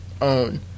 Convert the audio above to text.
own